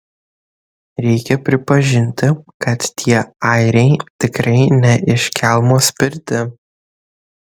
reikia pripažinti kad tie airiai tikrai ne iš kelmo spirti